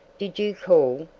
did you call?